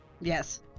yes